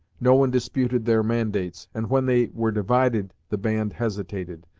no one disputed their mandates, and when they were divided the band hesitated,